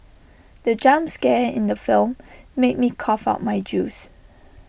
the jump scare in the film made me cough out my juice